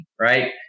right